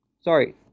Sorry